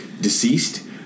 deceased